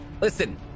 listen